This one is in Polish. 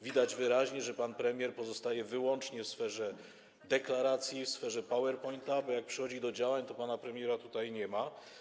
Widać wyraźnie, że pan premier pozostaje wyłącznie w sferze deklaracji, w sferze PowerPointa, bo jak przychodzi do działań, to pana premiera nie ma.